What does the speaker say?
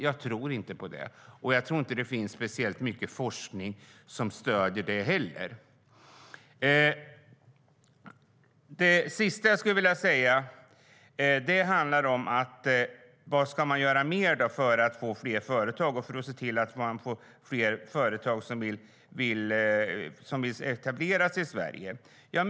Jag tror inte på det, och jag tror inte att det finns speciellt mycket forskning som stöder det heller. Vad ska göras mer för att få fler företag att etablera sig i Sverige?